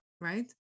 right